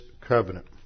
covenant